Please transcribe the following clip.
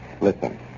Listen